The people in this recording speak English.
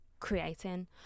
Creating